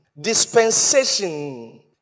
dispensation